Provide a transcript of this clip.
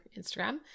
Instagram